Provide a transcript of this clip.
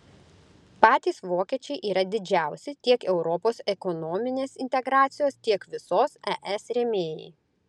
patys vokiečiai yra didžiausi tiek europos ekonominės integracijos tiek visos es rėmėjai